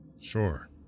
Sure